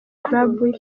club